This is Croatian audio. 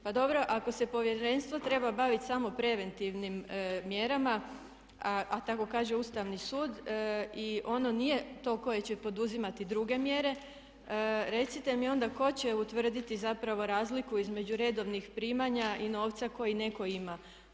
Pa dobro ako se povjerenstvo treba baviti samo preventivnim mjerama a tako kaže Ustavni sud i ono nije to koje će poduzimati druge mjere recite mi onda tko će utvrditi zapravo razliku između redovnih primanja i novca koji netko ima?